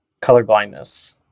colorblindness